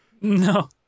No